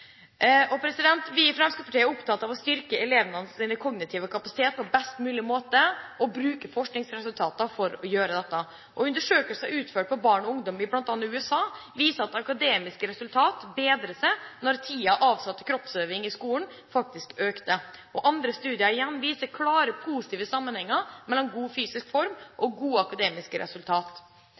Vi i Fremskrittspartiet er opptatt av å styrke elevenes kognitive kapasitet på en best mulig måte og bruke forskningsresultatene for å gjøre dette. Undersøkelser utført på barn og unge i bl.a. USA viste at akademiske resultater bedret seg når tiden avsatt til kroppsøving i skolen økte. Andre studier igjen viser klare positive sammenhenger mellom god fysisk form og gode akademiske